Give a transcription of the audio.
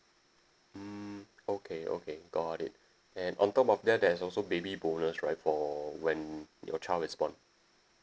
mm okay okay got it and on top of that there is also baby bonus right for when your child is born